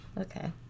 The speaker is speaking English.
Okay